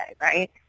right